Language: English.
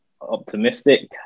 optimistic